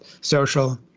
social